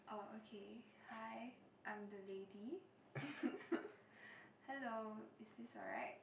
oh okay hi I'm the lady hello is this alright